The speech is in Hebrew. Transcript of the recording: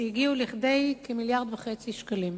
שהגיעו לכדי כ-1.5 מיליארד שקלים.